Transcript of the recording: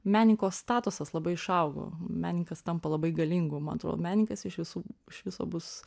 menininko statusas labai išaugo menininkas tampa labai galingu man atro menininkas iš viso iš viso bus